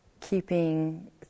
keeping